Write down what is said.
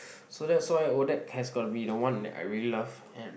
so that's why odac has got to be the one that I really love and